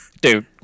Dude